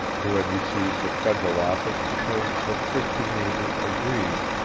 who had received the federal office because the thrifty neighbors agreed,